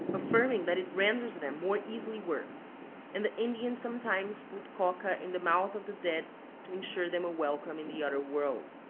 affirming that it renders them more easily worked and the indians sometimes put coca in the mouth of the dead to insure them a welcome in the other world.